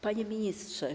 Panie Ministrze!